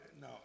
No